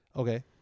Okay